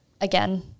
again